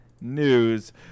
News